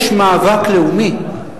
יש מאבק לאומי,